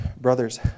Brothers